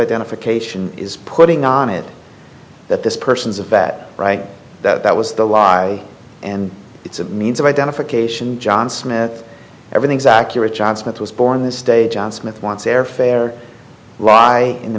identification is putting on it that this person's of that right that was the lie and it's a means of identification john smith everything is accurate john smith was born this day john smith wants airfare rye in the